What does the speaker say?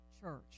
church